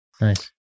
nice